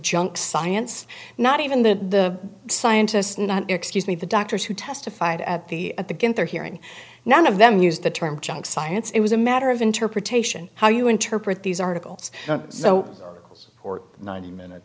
junk science not even the scientists not excuse me the doctors who testified at the at the get their hearing none of them used the term junk science it was a matter of interpretation how you interpret these articles so or ninety minute